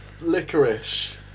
licorice